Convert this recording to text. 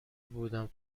بودم